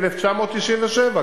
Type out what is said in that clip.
ב-1997,